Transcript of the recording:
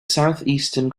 southeastern